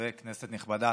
כנסת נכבדה,